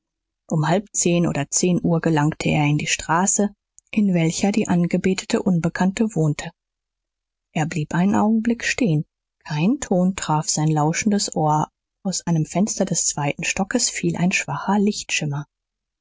um halb zehn oder zehn uhr gelangte er in die straße in welcher die angebetete unbekannte wohnte er blieb einen augenblick stehen kein ton traf sein lauschendes ohr aus einem fenster des zweiten stockes fiel ein schwacher